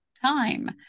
time